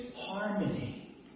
harmony